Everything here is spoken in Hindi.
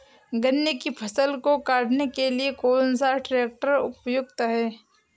गन्ने की फसल को काटने के लिए कौन सा ट्रैक्टर उपयुक्त है?